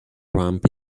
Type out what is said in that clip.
ramp